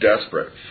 desperate